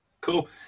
Cool